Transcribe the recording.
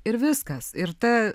ir viskas ir ta